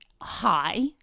hi